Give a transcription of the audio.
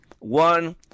One